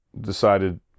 decided